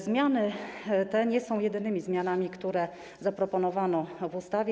Zmiany te nie są jedynymi zmianami, które zaproponowano w ustawie.